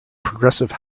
progressive